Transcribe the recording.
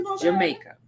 Jamaica